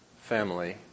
family